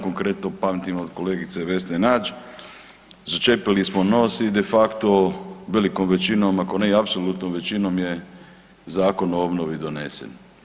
Konkretno pamtim od kolegice Vesne Nađ začepili smo nos i de facto velikom većinom, ako ne i apsolutnom većinom je Zakon o obnovi donesen.